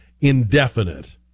indefinite